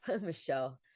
Michelle